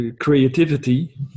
creativity